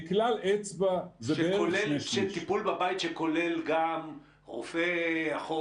זה כולל טיפול בבית, שכולל גם רופא, אחות.